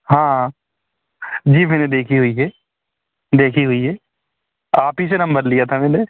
हाँ जी मैंने देखी हुई है देखी हुई है आप ही से नंबर लिया था मैंने